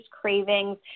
cravings